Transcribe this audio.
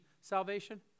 salvation